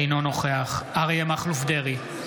אינו נוכח אריה מכלוף דרעי,